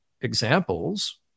examples